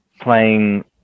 playing